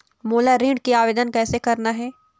मोला ऋण के आवेदन कैसे करना हे?